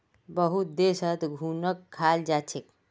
बहुत देशत घुनक खाल जा छेक